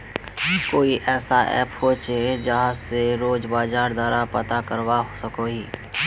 कोई ऐसा ऐप होचे जहा से रोज बाजार दर पता करवा सकोहो ही?